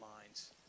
minds